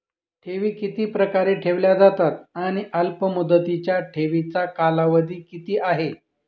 ठेवी किती प्रकारे ठेवल्या जातात आणि अल्पमुदतीच्या ठेवीचा कालावधी किती आहे?